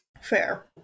Fair